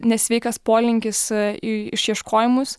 nesveikas polinkis į išieškojimus